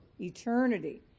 eternity